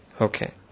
Okay